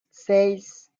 seis